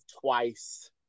twice